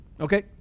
Okay